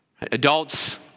Adults